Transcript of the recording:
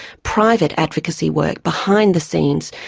private advocacy work behind the scenes,